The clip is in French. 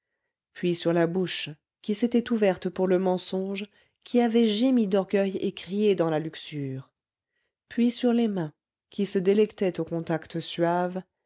puis sur la bouche qui s'était ouverte pour le mensonge qui avait gémi d'orgueil et crié dans la luxure puis sur les mains qui se délectaient aux contacts suaves